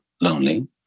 lonely